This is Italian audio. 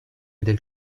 del